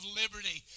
liberty